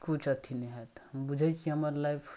किछु अथी नहि हैत हम बुझै छिए हमर लाइफ